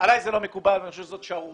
עלי זה לא מקובל ואני חושב שזאת שערורייה.